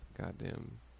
goddamn